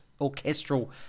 orchestral